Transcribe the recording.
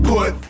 Put